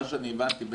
מה שאני הבנתי,